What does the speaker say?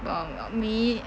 what about me